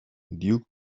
duke